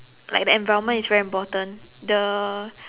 like the environment is very important the